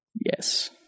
Yes